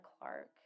Clark